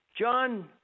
John